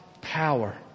power